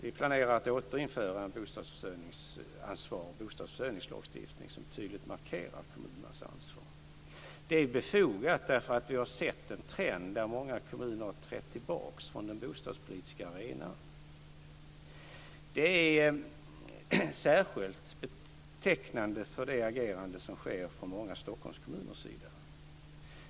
Vi planerar att återinföra en bostadsförsörjningslagstiftning som tydligt markerar kommunernas ansvar. Det är befogat, därför att vi har sett trenden att många kommuner har trätt tillbaka från den bostadspolitiska arenan. Det är särskilt betecknande för agerandet från många Stockholmskommuners sida.